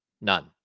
None